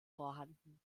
vorhanden